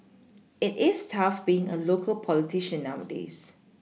it is tough being a local politician nowadays